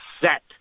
set